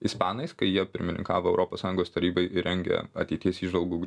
ispanais kai jie pirmininkavo europos sąjungos tarybai ir rengė ateities įžvalgų gr